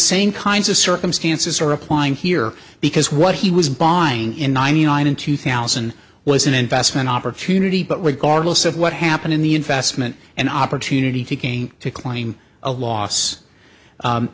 same kinds of circumstances are applying here because what he was buying in ninety nine in two thousand was an investment opportunity but regardless of what happened in the investment an opportunity to gain to claim a loss